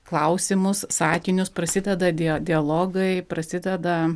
klausimus sakinius prasideda dija dialogai prasideda